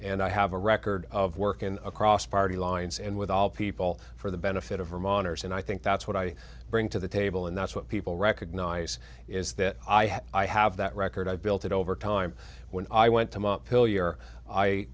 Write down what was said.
and i have a record of working across party lines and with all people for the benefit of reminders and i think that's what i bring to the table and that's what people recognize is that i have i have that record i've built it over time when i went to montpellier i